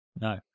No